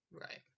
Right